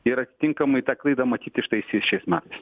ir atitinkamai tą klaidą matyt ištaisys šiais metais